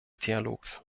dialogs